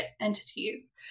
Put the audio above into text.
entities